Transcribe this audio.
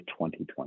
2020